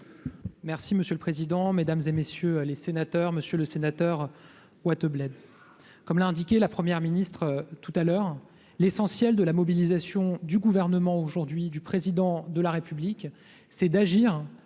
Merci monsieur le président, Mesdames et messieurs les sénateurs, Monsieur le Sénateur Wattebled, comme l'a indiqué la première ministre tout à l'heure, l'essentiel de la mobilisation du gouvernement aujourd'hui du président de la République, c'est d'agir